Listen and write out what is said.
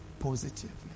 Positively